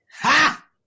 Ha